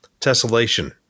tessellation